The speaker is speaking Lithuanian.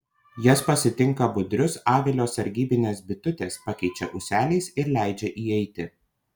jas pasitinka budrius avilio sargybinės bitutės pakeičia ūseliais ir leidžia įeiti